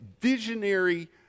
visionary